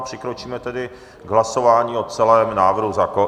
Přikročíme tedy k hlasování o celém návrhu zákona.